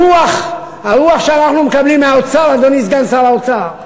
הרוח שאנחנו מקבלים מהאוצר, אדוני סגן שר האוצר,